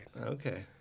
Okay